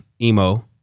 emo